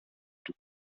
του